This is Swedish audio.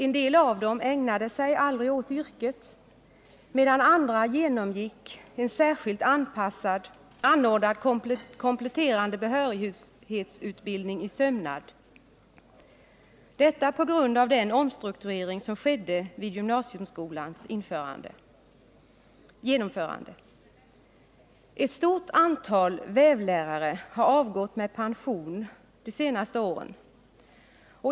En del av dem ägnade sig aldrig åt yrket, medan andra genomgick en särskilt anordnad kompletterande behörighetsutbildning i sömnad; detta på grund av den omstrukturering som skedde vid gymnasieskolans genomförande. Ett stort antal vävlärare har avgått med pension de senaste åren.